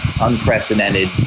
unprecedented